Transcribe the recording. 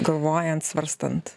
kovojant svarstant